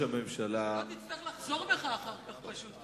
שלא תצטרך לחזור בך אחר כך פשוט.